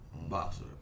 boxer